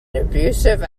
abusive